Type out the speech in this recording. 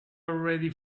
already